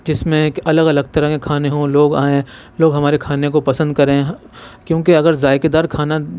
جس میں ایک الگ الگ طرح کے کھانے ہوں لوگ آئیں لوگ ہمارے کھانے کو پسند کریں کیونکہ اگر ذائقےدار کھانا